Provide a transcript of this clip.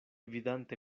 vidante